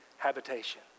habitation